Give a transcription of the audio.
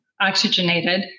oxygenated